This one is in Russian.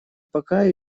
пока